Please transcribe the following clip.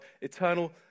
eternal